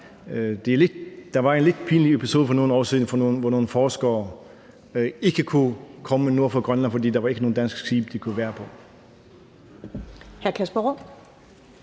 Der var en lidt pinlig episode for nogle år siden, hvor nogle forskere ikke kunne komme nord for Grønland, fordi der ikke var nogen danske skibe, de kunne være på.